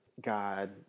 God